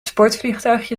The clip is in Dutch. sportvliegtuigje